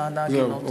למען ההגינות.